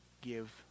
give